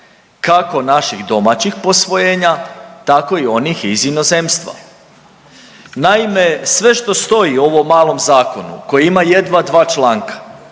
kako naših domaćih posvojenja tako i onih iz inozemstva. Naime, sve što stoji u ovom malom zakonu koji ima jedva dva članka